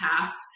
past